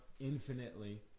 infinitely